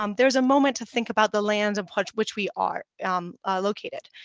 um there's a moment to think about the lands of which which we are um located.